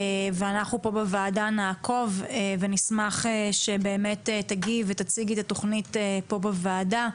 אנחנו פה בוועדה נעקוב ונשמח שתגיעי ותציגי את התוכנית פה בוועדה.